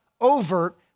overt